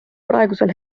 praegusel